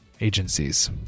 agencies